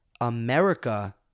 America